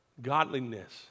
Godliness